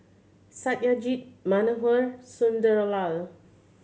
Satyajit Manohar Sunderlal